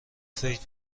فکر